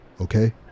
Okay